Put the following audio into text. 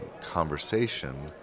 conversation